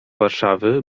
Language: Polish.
warszawy